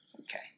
Okay